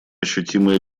ощутимые